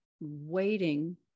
waiting